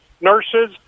Nurses